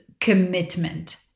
commitment